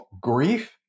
Grief